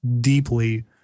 deeply